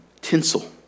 tinsel